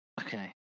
Okay